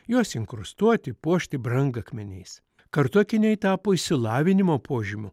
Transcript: juos inkrustuoti puošti brangakmeniais kartu akiniai tapo išsilavinimo požymiu